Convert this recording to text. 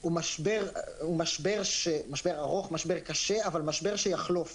-- הוא משבר ארוך, משבר קשה אבל משבר שיחלוף.